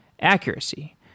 accuracy